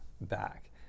back